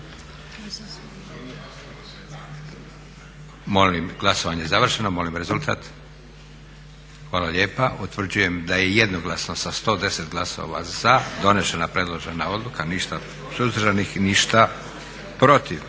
Glasovanje je završeno. Molim rezultat. Hvala lijepa. Utvrđujem da je jednoglasno sa 110 glasova za donešena predložena odluka, ništa suzdržanih, ništa protiv.